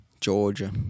Georgia